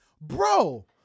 Bro